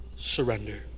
surrender